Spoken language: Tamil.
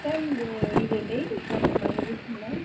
மேம் இது இது டெய்லி போடணுமா இன்ஜெக்ஷனில்